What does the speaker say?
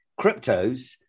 cryptos